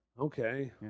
Okay